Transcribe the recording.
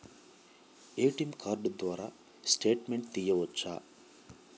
ATM card ద్వారా statement తీయవచ్చా?